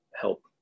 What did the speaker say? help